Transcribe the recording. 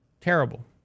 Terrible